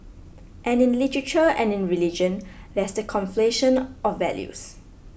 and in literature and in religion there's the conflation of values